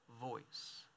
voice